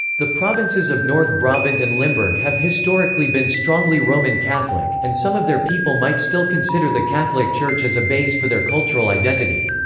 the provinces of north brabant and limburg have historically been strongly roman catholic, and some of their people might still consider the catholic church as a base for their cultural identity.